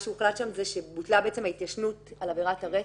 מה שהוחלט שם הוא שבוטלה בעצם ההתיישנות על עבירת הרצח.